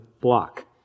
block